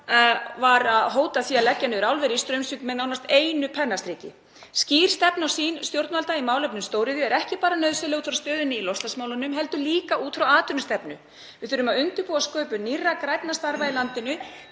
því að hótað að leggja niður álverið í Straumsvík með nánast einu pennastriki. Skýr stefna og sýn stjórnvalda í málefnum stóriðju er ekki bara nauðsynleg út frá stöðunni í loftslagsmálum heldur líka út frá atvinnustefnu. Við þurfum að undirbúa sköpun nýrra, grænna starfa í landinu